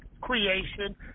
creation